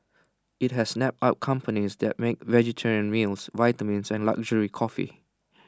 IT has snapped up companies that make vegetarian meals vitamins and luxury coffee